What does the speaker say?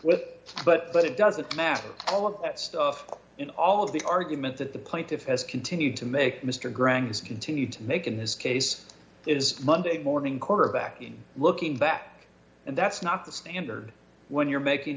with but but it doesn't matter all of that stuff in all of the argument that the plaintiff has continued to make mr grant has continued to make in this case is monday morning quarterbacking looking back and that's not the standard when you're making